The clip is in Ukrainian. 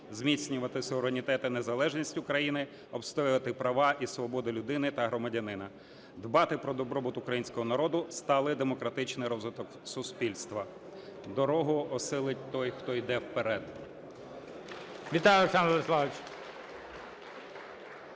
зміцнювати суверенітет та незалежність України, обстоювати права і свободи людини та громадянина, дбати про добробут Українського народу, сталий демократичний розвиток суспільства. Дорогу осилить той, хто йде вперед!